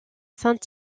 saint